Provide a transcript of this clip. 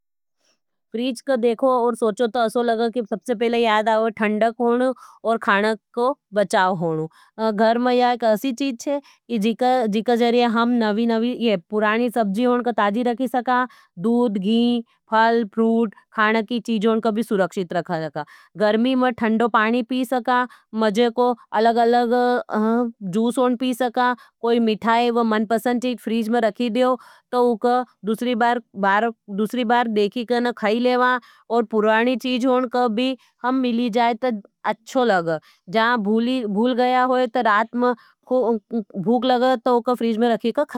फ्रीज का देखो और सोचो तो असो लगा कि सबसे पहले याद आओ ठंडक होणों और खानक को बचाओ होणों। घर में एक असी चीज छे कि जिका जरिये हम नवी-नवी पुरानी सब्जियों को ताजी रखी सका, दूध, घी, फल, फ्रूट, खाने की चीजों का भी सुरक्षित रखा जाता। गरमी में ठंडों पानी पी सका, मजे को अलग-अलग जूस होन पी सका, कोई मिठाय वो मन पसंद चीज फ्रीज में रखी देओ, तो उक दूसरी बार देखी के न खाई लेवा, और पुरानी चीज होन का भी हम मिली जाए तो अच्छो लगा। जहां भूल गया होई तो रात में फ्रीज़ में।